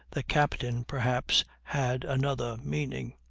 the captain, perhaps, had another meaning.